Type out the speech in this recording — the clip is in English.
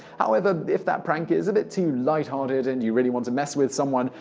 however, if that prank is a bit too light-hearted and you really want to mess with someone,